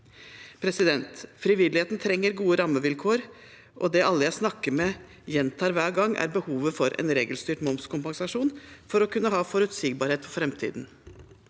året. Frivilligheten trenger gode rammevilkår, og det alle jeg snakker med, gjentar hver gang, er behovet for en regelstyrt momskompensasjon for å kunne ha forutsigbarhet for framtiden.